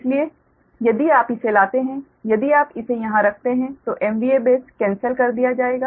इसलिए यदि आप इसे लाते हैं यदि आप इसे यहां रखते हैं तो MVA बेस कैन्सल कर दिया जाएगा